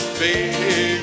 baby